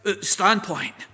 standpoint